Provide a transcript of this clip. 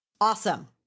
Awesome